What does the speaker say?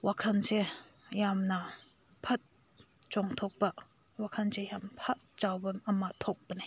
ꯋꯥꯈꯜꯁꯦ ꯌꯥꯝꯅ ꯐꯠ ꯆꯣꯡꯊꯣꯛꯄ ꯋꯥꯈꯜꯁꯦ ꯌꯥꯝ ꯐꯠ ꯆꯥꯎꯕ ꯑꯃ ꯊꯣꯛꯄꯅꯦ